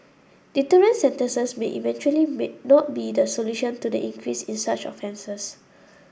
deterrent sentences may eventually may not be the solution to the increase in such offences